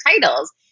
titles